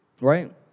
right